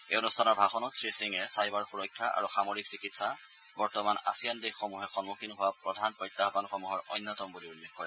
এই অনুষ্ঠানৰ ভাষণত শ্ৰীসিঙে ছাইবাৰ সুৰক্ষা আৰু সামৰিক চিকিৎসা বৰ্তমান আছিয়ান দেশসমূহে সন্মুখীন হোৱা প্ৰধান প্ৰত্যাহবানসমূহৰ অন্যতম বুলি উল্লেখ কৰে